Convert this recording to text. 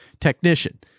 technician